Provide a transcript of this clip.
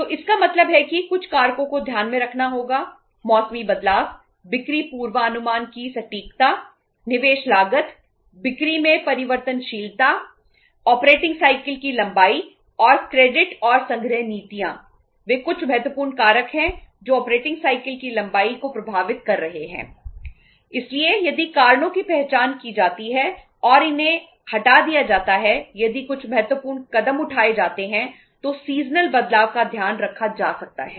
तो इसका मतलब है कि कुछ कारकों को ध्यान में रखना होगा मौसमी बदलाव बिक्री पूर्वानुमान की सटीकता निवेश लागत बिक्री में परिवर्तनशीलता ऑपरेटिंग साइकिल बदलाव का ध्यान रखा जा सकता है